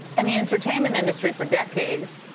and the entertainment industry for decades,